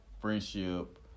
friendship